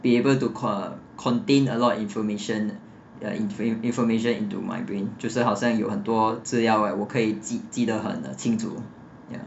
be able to con~ contain a lot of information information into my brain 就是好像有很多重要的我可以记记得很清楚